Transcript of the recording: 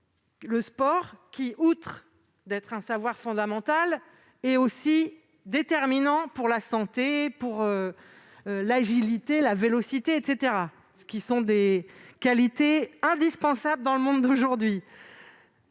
le sport ! En plus d'être un savoir fondamental, il est aussi déterminant pour la santé, l'agilité, la vélocité, etc. : autant de qualités indispensables dans le monde d'aujourd'hui.